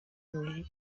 umwe